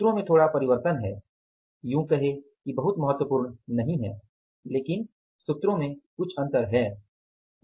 सूत्रों में थोड़ा परिवर्तन है यूँ कहे कि बहुत महत्वपूर्ण अंतर नहीं है लेकिन सूत्रों में कुछ अंतर हैं